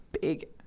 big